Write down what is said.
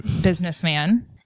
businessman